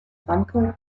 ranke